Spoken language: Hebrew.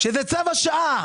שזה צו השעה,